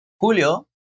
Julio